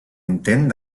intent